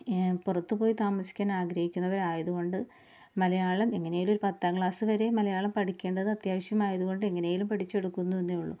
പുറത്ത് പോയി താമസിക്കാന് ആഗ്രഹിക്കുന്നവരായതുകൊണ്ട് മലയാളം എങ്ങനേലും ഒരു പത്താം ക്ലാസ് വരെ മലയാളം പഠിക്കേണ്ടത് അത്യാവശ്യമായതുകൊണ്ട് എങ്ങനേലും പഠിച്ചെടുക്കുന്നു എന്നേയുള്ളു